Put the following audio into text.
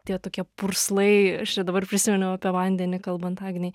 tie tokie purslai aš čia dabar prisiminiau apie vandenį kalbant agnei